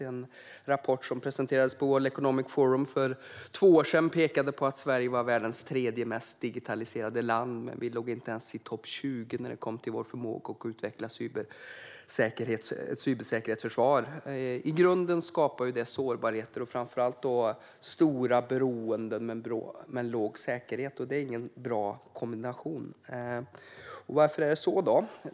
En rapport som presenterades på World Economic Forum för två år sedan pekade på att Sverige var världens tredje mest digitaliserade land men att vi inte ens låg på topp 20 när det gällde vår förmåga att utveckla cybersäkerhetsförsvar. I grunden skapar det sårbarheter och framför allt stora beroenden med en låg säkerhet. Det är ingen bra kombination. Varför är det så?